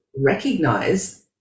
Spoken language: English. recognize